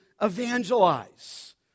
evangelize